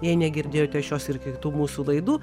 jei negirdėjote šios ir kitų mūsų laidų